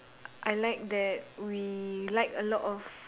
I like that we like a lot of